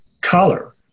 color